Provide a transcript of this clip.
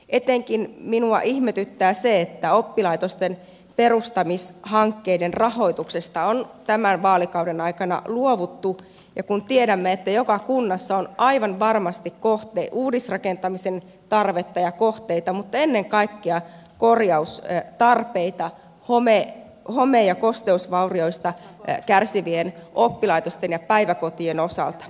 etenkin se minua ihmetyttää että oppilaitosten perustamishankkeiden rahoituksesta on tämän vaalikauden aikana luovuttu kun tiedämme että joka kunnassa on aivan varmasti uudisrakentamisen tarvetta ja kohteita mutta ennen kaikkea korjaustarpeita home ja kosteusvaurioista kärsivien oppilaitosten ja päiväkotien osalta